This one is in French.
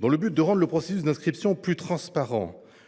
Dans le but de rendre le processus d’inscription plus transparent,